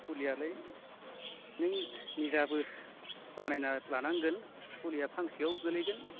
फुलियालाय नों निजाबो बानायना लानांगोन फुलिया फांसेआव गोलैगोन